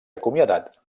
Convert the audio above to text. acomiadat